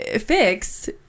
fix